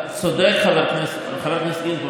חבר הכנסת גינזבורג,